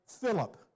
Philip